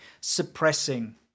suppressing